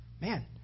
man